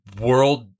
world